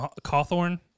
Cawthorn